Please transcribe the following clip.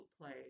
play